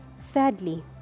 thirdly